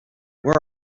where